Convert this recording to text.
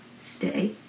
stay